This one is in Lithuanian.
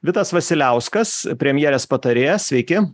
vitas vasiliauskas premjerės patarėjas sveiki